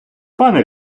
пане